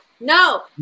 no